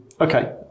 Okay